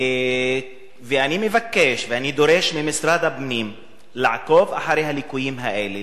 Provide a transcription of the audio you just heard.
אני מבקש ואני דורש ממשרד הפנים לעקוב אחר הליקויים האלה,